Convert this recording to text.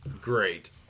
great